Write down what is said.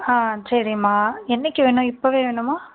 ஆ சரிம்மா என்னைக்கு வேணும் இப்போவே வேணுமா